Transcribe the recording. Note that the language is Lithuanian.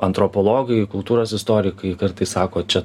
antropologai kultūros istorikai kartais sako čia